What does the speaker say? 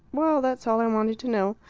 well, that's all i wanted to know.